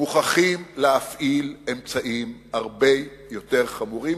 מוכרחים להפעיל אמצעים הרבה יותר חמורים,